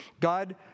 God